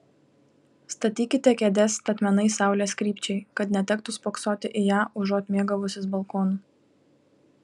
statykite kėdes statmenai saulės krypčiai kad netektų spoksoti į ją užuot mėgavusis balkonu